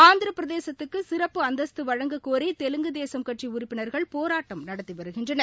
ஆந்திர பிரதேசத்துக்கு சிறப்பு அந்தஸ்து வழங்கக் கோரி தெலுங்கு தேசம் கட்சி உறப்பினர்கள் பேராட்டம் நடத்தி வருகின்றனர்